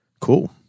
Cool